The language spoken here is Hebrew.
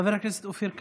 חבר הכנסת אופיר כץ,